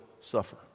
suffer